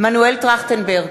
מנואל טרכטנברג,